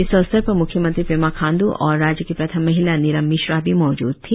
इस अवसर पर मुख्यमंत्री पेमा खांड़ और राज्य की प्रथम महिला नीलम मिश्रा भी मौजूद थी